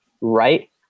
right